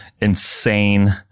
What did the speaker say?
insane